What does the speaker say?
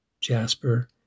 jasper